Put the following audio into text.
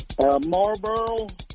Marlboro